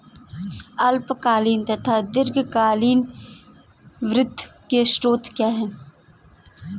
अल्पकालीन तथा दीर्घकालीन वित्त के स्रोत क्या हैं?